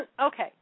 Okay